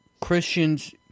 Christians